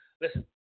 Listen